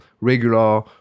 regular